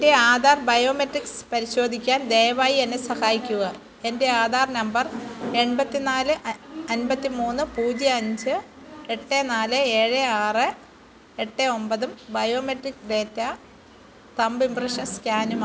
എൻ്റെ ആധാർ ബയോമെട്രിക്സ് പരിശോധിക്കാൻ ദയവായി എന്നെ സഹായിക്കുക എൻ്റെ ആധാർ നമ്പർ എൺപത്തി നാല് അൻപത്തി മൂന്ന് പൂജ്യം അഞ്ച് എട്ട് നാല് ഏഴ് ആറ് എട്ട് ഒൻപത് ബയോമെട്രിക് ഡാറ്റ തമ്പ് ഇംപ്രഷൻ സ്കാനുമാണ്